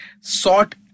sought